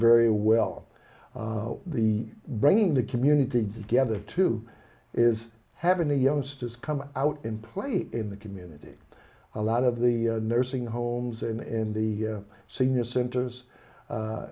very well the bringing the community exist gether to is having the youngsters come out in play in the community a lot of the nursing homes and in the senior centers